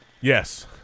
Yes